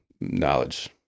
knowledge